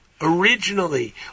originally